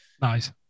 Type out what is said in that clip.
nice